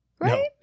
Right